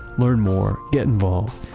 learn more, get involved.